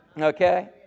Okay